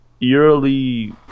eerily